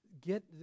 get